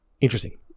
interesting